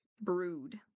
Brood